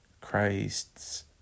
Christ's